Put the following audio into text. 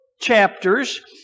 chapters